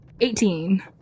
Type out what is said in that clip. Eighteen